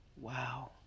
Wow